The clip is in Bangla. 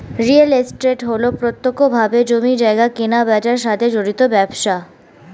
রিয়েল এস্টেট হল প্রত্যক্ষভাবে জমি জায়গা কেনাবেচার সাথে জড়িত ব্যবসা